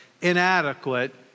inadequate